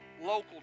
local